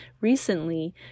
recently